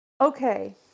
okay